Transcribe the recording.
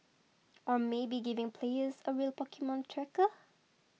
or maybe giving players a real Pokemon tracker